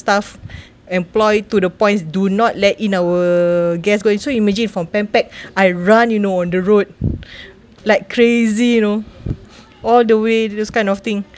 staff employed to the points do not let in our guest go in so imagine from Pan Pac I run you know on the road like crazy you know all the way do those kind of thing